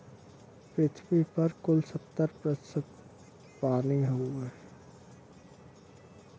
पृथ्वी पर कुल सत्तर प्रतिशत पानी हउवे